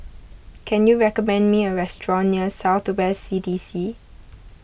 can you recommend me a restaurant near South West C D C